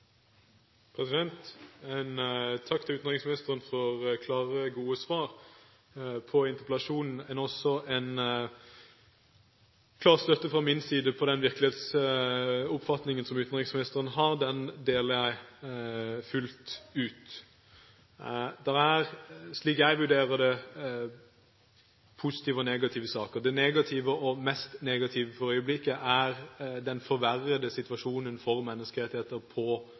Takk til utenriksministeren for klare og gode svar på interpellasjonen. Jeg vil også uttrykke en klar støtte fra min side når det gjelder den virkelighetsoppfatningen som utenriksministeren har – den deler jeg fullt ut. Det er – slik jeg vurderer det – positive og negative saker. Det mest negative for øyeblikket er den forverrede situasjonen for menneskerettigheter på